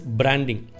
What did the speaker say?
branding